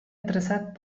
interessat